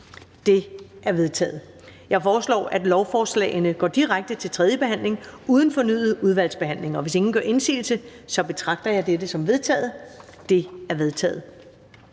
Det er vedtaget. Jeg foreslår, at lovforslagene går direkte til tredje behandling uden fornyet udvalgsbehandling. Hvis ingen gør indsigelse, betragter jeg dette som vedtaget. Det er vedtaget.